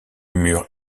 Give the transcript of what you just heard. mur